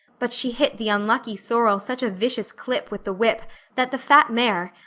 but she hit the unlucky sorrel such a vicious clip with the whip that the fat mare,